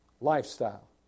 lifestyle